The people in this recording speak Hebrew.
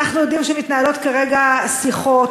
אנחנו יודעים שמתנהלות כרגע שיחות,